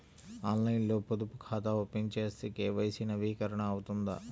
ఆన్లైన్లో పొదుపు ఖాతా ఓపెన్ చేస్తే కే.వై.సి నవీకరణ అవుతుందా?